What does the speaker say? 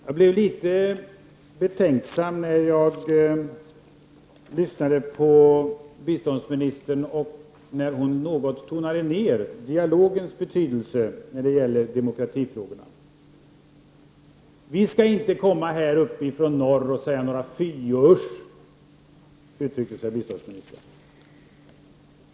Fru talman! Jag blev något betänksam när jag lyssnade till det som biståndsministern sade när hon något tonade ner dialogens betydelse när det gäller demokratifrågorna. Vi skall inte komma uppifrån norr och säga några fy och usch — så uttryckte sig biståndsministern.